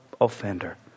offender